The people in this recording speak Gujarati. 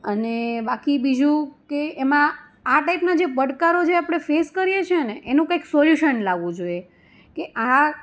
અને બાકી બીજું કે એમાં આ ટાઈપના જે પડકારો જે આપણે ફેસ કરીએ છીએને એનું કાંઈ સોલ્યુશન લાવવું જોએ કે આ